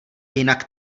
jinak